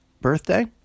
birthday